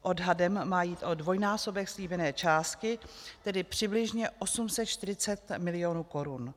Odhadem má jít o dvojnásobek slíbené částky, tedy přibližně 840 milionů korun.